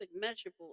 measurable